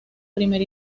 primer